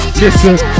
listen